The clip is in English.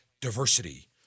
diversity